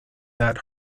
that